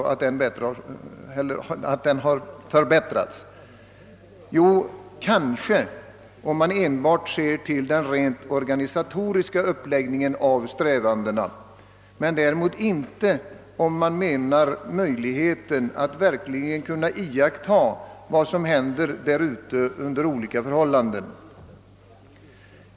Kanske låter sig detta sägas, om man ser endast till den rent organisatoriska uppläggningen av strävandena, men inte om man avser möjligheten att verkligen iakttaga vad som händer och sker där ute under olika förhållanden.